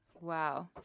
Wow